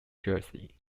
jersey